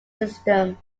system